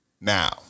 Now